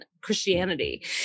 Christianity